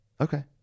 Okay